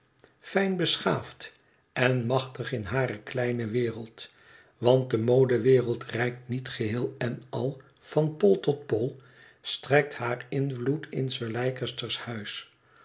fijn beschaafd en machtig in hare kleine wereld want de modewereld reikt niet geheel en al van pool tot pool strekt haar invloed in sir leicester's huis